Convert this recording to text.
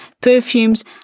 perfumes